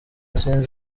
sinzi